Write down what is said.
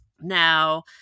now